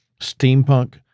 steampunk